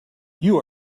you